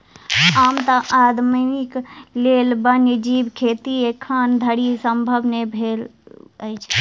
आम आदमीक लेल वन्य जीव खेती एखन धरि संभव नै भेल अछि